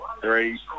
Three